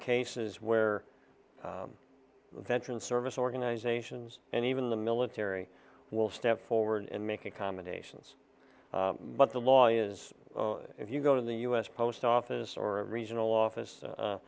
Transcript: cases where veterans service organizations and even the military will step forward and make accommodations but the law is if you go to the u s post office or a regional office